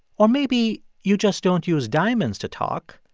or maybe you just don't use diamonds to talk,